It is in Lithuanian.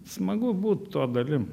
smagu būt to dalim